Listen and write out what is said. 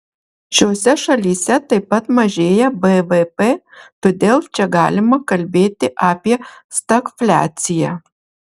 šiose šalyse taip pat mažėja bvp todėl čia galima kalbėti apie stagfliaciją